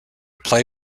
play